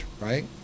right